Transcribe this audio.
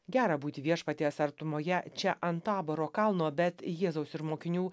gera būti viešpaties artumoje čia ant taboro kalno bet jėzaus ir mokinių